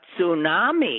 tsunami